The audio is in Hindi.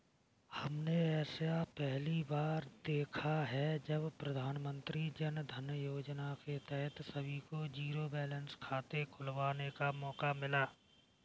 हमने ऐसा पहली बार देखा है जब प्रधानमन्त्री जनधन योजना के तहत सभी को जीरो बैलेंस खाते खुलवाने का मौका मिला